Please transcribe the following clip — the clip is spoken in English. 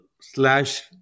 slash